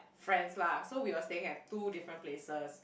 friends lah so we were staying at two different places